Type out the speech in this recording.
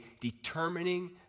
determining